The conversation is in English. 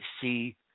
see